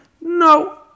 No